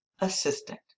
assistant